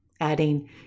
adding